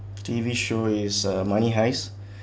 T_V show is uh money heist